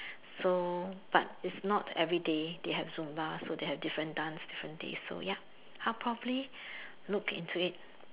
so but it's not everyday they have Zumba so they have different dance different days so ya I'll probably look into it